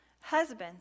husbands